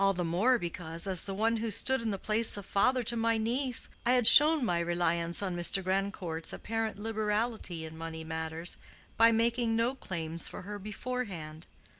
all the more because, as the one who stood in the place of father to my niece, i had shown my reliance on mr. grandcourt's apparent liberality in money matters by making no claims for her beforehand.